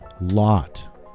lot